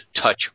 touch